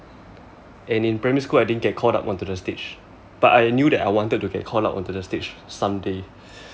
and in primary school I didn't get called up on to the stage but I knew that I wanted to get called up on to the stage some day